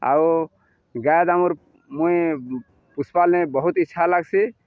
ଆଉ ଗାଏ ଦାମର୍ ମୁଇଁ ପୁଶ୍ ପାଳ୍ନେ ବହୁତ ଇଚ୍ଛା ଲାଗ୍ସି